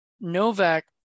Novak